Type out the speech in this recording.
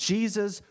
Jesus